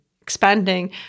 expanding